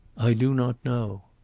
i do not know,